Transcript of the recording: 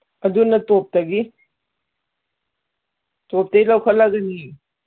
ꯑꯗꯨꯅ ꯇꯣꯞꯇꯒꯤ ꯇꯣꯞꯇꯩ ꯂꯧꯈꯠꯂꯒꯅꯤ